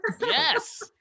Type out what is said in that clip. Yes